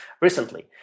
recently